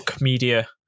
media